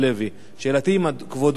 שאלתי: האם כבודו תומך